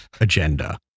agenda